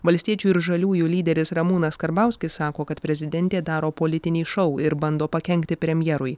valstiečių ir žaliųjų lyderis ramūnas karbauskis sako kad prezidentė daro politinį šou ir bando pakenkti premjerui